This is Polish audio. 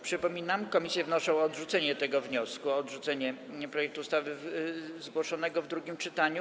Przypominam, że komisje wnoszą o odrzucenie wniosku o odrzucenie projektu ustawy zgłoszonego w drugim czytaniu.